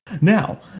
Now